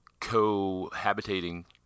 cohabitating